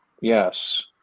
yes